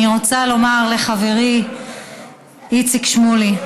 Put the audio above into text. אני רוצה לומר לחברי איציק שמולי,